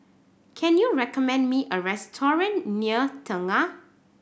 can you recommend me a restaurant near Tengah